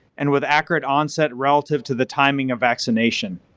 and with accurate onset relative to the timing of vaccination.